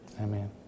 Amen